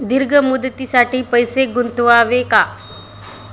दीर्घ मुदतीसाठी पैसे गुंतवावे का?